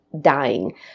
dying